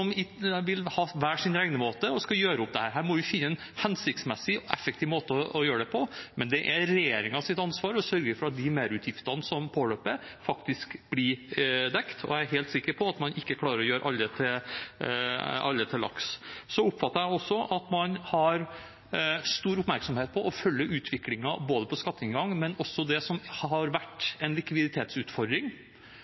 vil ha hver sin regnemåte og skal gjøre opp dette. Her må vi finne en hensiktsmessig og effektiv måte å gjøre det på, men det er regjeringens ansvar å sørge for at de merutgiftene som påløper, faktisk blir dekket, og jeg er helt sikker på at man ikke klarer å gjøre alle til lags. Jeg oppfatter også at man retter stor oppmerksomhet mot å følge utviklingen både på skatteinngang og også det som har vært